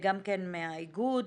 גם מהאיגוד,